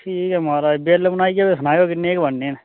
ठीक ऐ महराज बिल बनाइयै फ्ही सनाएओ किन्ने के बनने न